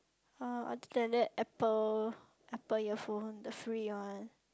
uh other than that apple apple earphone the free one